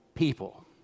People